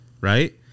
right